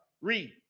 read